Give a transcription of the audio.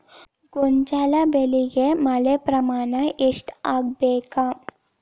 ಗೋಂಜಾಳ ಬೆಳಿಗೆ ಮಳೆ ಪ್ರಮಾಣ ಎಷ್ಟ್ ಆಗ್ಬೇಕ?